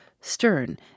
stern